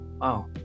wow